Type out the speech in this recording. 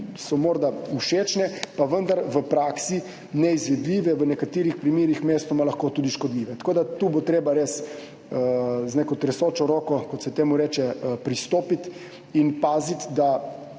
všečne, pa vendar v praksi neizvedljive, v nekaterih primerih mestoma lahko tudi škodljive. Tako bo tu res treba z neko tresočo roko, kot se temu reče, pristopiti in paziti, da